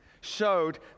showed